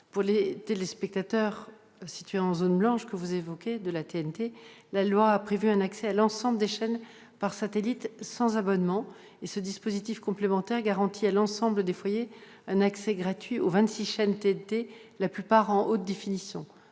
Pour les téléspectateurs situés en zone blanche de la TNT, que vous évoquez, la loi a prévu un accès à l'ensemble des chaînes par satellite sans abonnement. Ce dispositif complémentaire garantit à l'ensemble des foyers un accès gratuit aux 27 chaînes de la TNT, la plupart en haute définition.